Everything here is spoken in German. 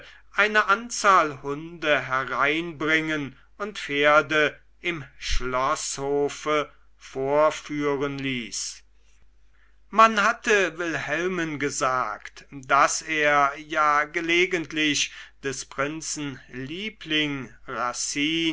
eine anzahl hunde hereinbringen und pferde im schloßhofe vorführen ließ man hatte wilhelmen gesagt daß er ja gelegentlich des prinzen liebling